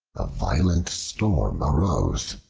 a violent storm arose,